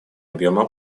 объема